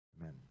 Amen